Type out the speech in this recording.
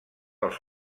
els